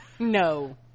no